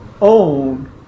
own